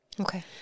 Okay